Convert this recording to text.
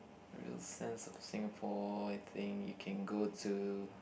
real sense of Singapore I think you can go to